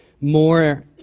more